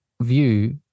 view